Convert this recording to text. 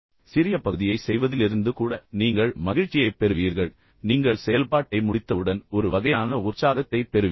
எனவே சிறிய பகுதியை செய்வதிலிருந்து கூட நீங்கள் மகிழ்ச்சியைப் பெறுவீர்கள் மேலும் நீங்கள் செயல்பாட்டை முடித்தவுடன் ஒரு வகையான உற்சாகத்தைப் பெறுவீர்கள்